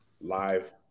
live